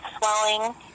swelling